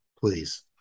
please